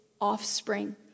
offspring